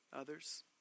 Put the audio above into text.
others